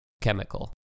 Chemical